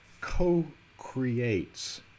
co-creates